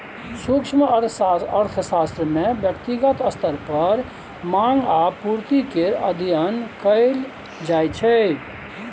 सूक्ष्म अर्थशास्त्र मे ब्यक्तिगत स्तर पर माँग आ पुर्ति केर अध्ययन कएल जाइ छै